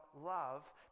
love